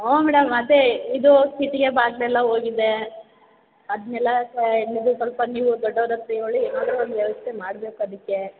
ಹ್ಞೂ ಮೇಡಮ್ ಅದೇ ಇದು ಕಿಟ್ಕಿ ಬಾಗಲೆಲ್ಲ ಹೋಗಿದೆ ಅದನ್ನೆಲ್ಲ ಸ ಇದು ಸ್ವಲ್ಪ ನೀವು ದೊಡ್ಡೋರ ಹತ್ತಿರ ಹೇಳಿ ಏನಾದರು ಒಂದು ವ್ಯವಸ್ಥೆ ಮಾಡ್ಬೇಕು ಅದಕ್ಕೆ